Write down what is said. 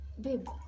babe